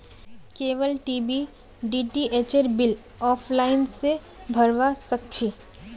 cable TV डीटीएचेर bill offline स भरवा सक छी